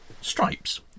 stripes